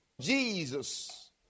Jesus